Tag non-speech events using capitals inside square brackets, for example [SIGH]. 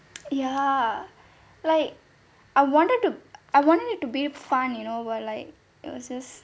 [NOISE] ya like I wanted to I wanted it to be fun you know but like it was just